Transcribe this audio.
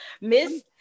Miss